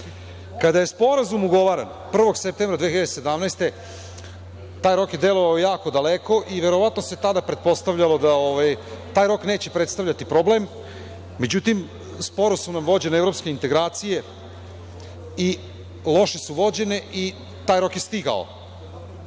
je sporazum ugovaran 1. septembra 2017. godine, taj rok je delovao jako daleko i verovatno se tada pretpostavljalo da taj rok neće predstavljati problem. Međutim, sporo su nam vođene evropske integracije i loše su vođene i taj rok je stigao.Za